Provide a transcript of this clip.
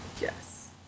Yes